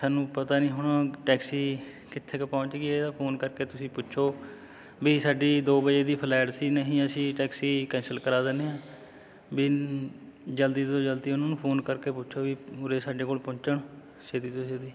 ਸਾਨੂੰ ਪਤਾ ਨਹੀਂ ਹੁਣ ਟੈਕਸੀ ਕਿੱਥੇ ਕੁ ਪਹੁੰਚ ਗਈ ਇਹਦਾ ਫੋਨ ਕਰਕੇ ਤੁਸੀਂ ਪੁੱਛੋ ਵੀ ਸਾਡੀ ਦੋ ਵਜੇ ਦੀ ਫਲੈਟ ਸੀ ਨਹੀਂ ਅਸੀਂ ਟੈਕਸੀ ਕੈਂਸਲ ਕਰਾ ਦਿੰਦੇ ਹਾਂ ਵੀ ਜਲਦੀ ਤੋਂ ਜਲਦੀ ਉਹਨਾਂ ਨੂੰ ਫੋਨ ਕਰਕੇ ਪੁੱਛੋ ਵੀ ਉਰੇ ਸਾਡੇ ਕੋਲ ਪਹੁੰਚਣ ਛੇਤੀ ਤੋਂ ਛੇਤੀ